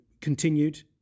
continued